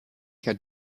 herr